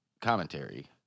commentary